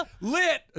Lit